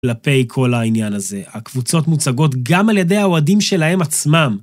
כלפי כל העניין הזה, הקבוצות מוצגות גם על ידי האוהדים שלהם עצמם.